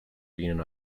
beaten